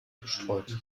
bestreut